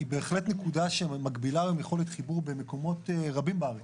היא בהחלט נקודה שמגבילה גם יכולת חיבור במקומות רבים בארץ,